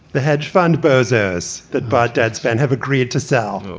the hedge fund bozo's that bought deadspin have agreed to sell,